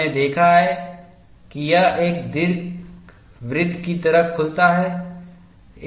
हमने देखा है कि यह एक दीर्घवृत्त की तरह खुलता है